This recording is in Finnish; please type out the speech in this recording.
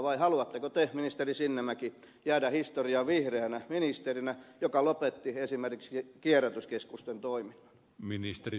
vai haluatteko te ministeri sinnemäki jäädä historiaan vihreänä ministerinä joka lopetti esimerkiksi kierrätyskeskusten toiminnan